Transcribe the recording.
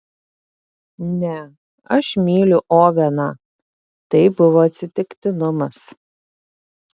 ne aš myliu oveną tai buvo atsitiktinumas